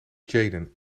jayden